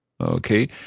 Okay